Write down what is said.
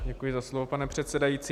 Děkuji za slovo, pane předsedající.